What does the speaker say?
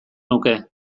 nuke